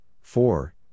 four